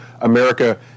America